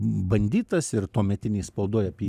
banditas ir tuometinėj spaudoj apie jį